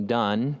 done